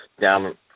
down